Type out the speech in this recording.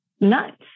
nuts